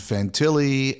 Fantilli